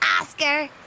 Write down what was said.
Oscar